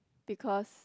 because